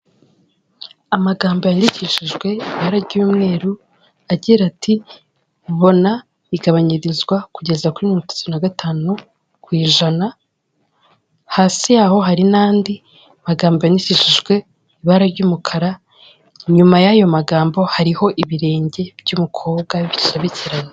Amagambo yandikishijwe ibara ry'umweru agira ati "bona igabanyirizwa kugeza kuri mirongo itatu na gatanu ku ijana" hasi yaho hari n'andi magambo yandikishijwe ibara ry'umukara, inyuma y'ayo magambo hariho ibirenge by'umukobwa bisobekeranye.